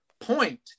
point